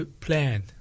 plan